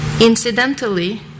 Incidentally